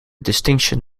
distinction